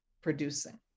producing